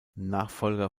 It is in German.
nachfolger